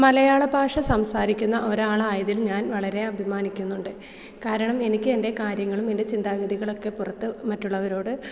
മലയാള ഭാഷ സംസാരിക്കുന്ന ഒരാളായതിൽ ഞാൻ വളരെ അഭിമാനിക്കുന്നുണ്ട് കാരണം എനിക്ക് എൻ്റെ കാര്യങ്ങളും എൻ്റെ ചിന്താഗതികളുമൊക്കെ പുറത്ത് മറ്റുള്ളവരോട്